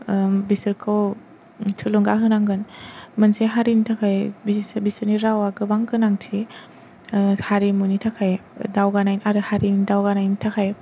बिसोरखौ थुलुंगा होनांगोन मोनसे हारिनि थाखाय बिसोरनि रावा गोबां गोनांथि हारिमुनि थाखाय दावगानायनि हारिनि दावगानायनि थाखाय